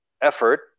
effort